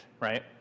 right